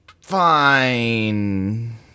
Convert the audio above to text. fine